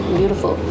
beautiful